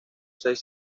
seis